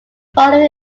following